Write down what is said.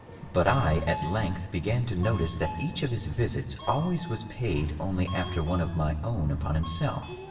but i at length began to notice that each of his visits always was paid only after one of my own upon himself,